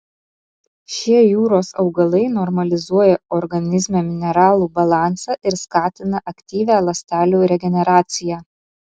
šie jūros augalai normalizuoja organizme mineralų balansą ir skatina aktyvią ląstelių regeneraciją